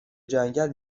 جنگل